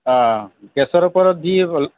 গেছৰ ওপৰত দি